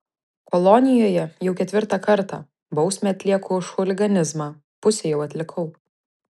kolonijoje jau ketvirtą kartą bausmę atlieku už chuliganizmą pusę jau atlikau